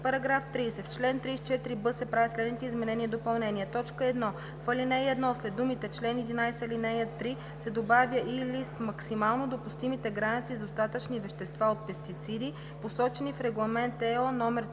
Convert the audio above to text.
§ 30: „§ 30. В чл. 34б се правят следните изменения и допълнения: 1. В ал. 1 след думите „чл. 11, ал. 3“ се добавя „или с максимално допустимите граници за остатъчни вещества от пестициди, посочени в Регламент (ЕО) №